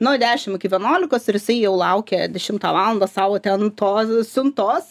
nuo dešim iki vienolikos ir jisai jau laukia dešimtą valandą savo ten to siuntos